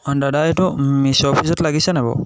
অঁ দাদা এইটো মিশ্ব' অফিচত লাগিছেনে নাই বাৰু